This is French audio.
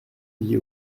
vit